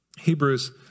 Hebrews